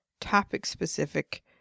topic-specific